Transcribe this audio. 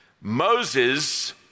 Moses